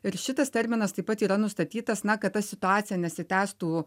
ir šitas terminas taip pat yra nustatytas na kad ta situacija nesitęstų